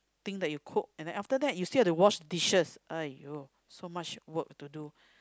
thing that you cook and then after that you still have to wash dishes !aiyo! so much work to do